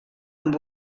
amb